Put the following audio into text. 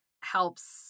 helps